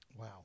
Wow